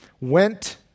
went